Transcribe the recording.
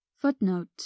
Footnote